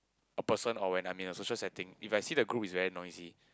a person or where I am in a social setting if I see a group is very noisy